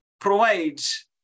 provides